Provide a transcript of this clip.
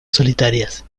solitarias